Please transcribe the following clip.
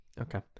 Okay